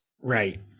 Right